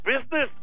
Business